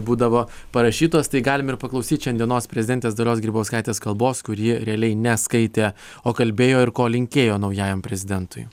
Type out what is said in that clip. būdavo parašytos tai galim ir paklausyti šiandienos prezidentės dalios grybauskaitės kalbos kur ji realiai neskaitė o kalbėjo ir ko linkėjo naujajam prezidentui